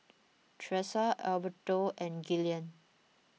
Tressa Alberto and Gillian